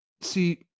see